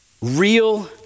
Real